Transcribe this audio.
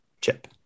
chip